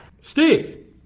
Steve